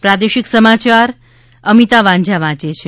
પ્રાદેશિક સમાચાર અમિતા વાઝાં વાંચ છે